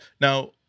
now